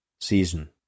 Season